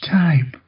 time